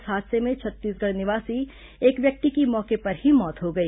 इस हादसे में छत्तीसगढ़ निवासी एक व्यक्ति की मौके पर ही मौत हो गई